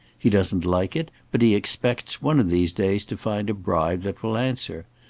he doesn't like it, but he expects one of these days to find a bribe that will answer.